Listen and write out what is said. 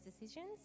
decisions